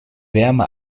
wärme